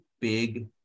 big